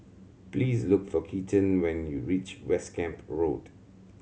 please look for Keaton when you reach West Camp Road